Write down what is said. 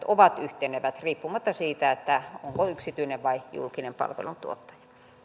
ovat yhtenevät riippumatta siitä onko yksityinen vai julkinen palveluntuottaja